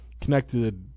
connected